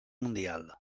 mundial